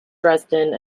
dresden